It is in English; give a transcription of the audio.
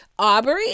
Aubrey